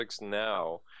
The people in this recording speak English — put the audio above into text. now